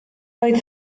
oedd